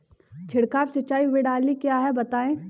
छिड़काव सिंचाई प्रणाली क्या है बताएँ?